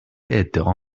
ادعا